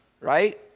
right